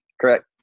Correct